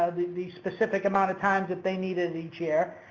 the specific amount of times that they need in each year,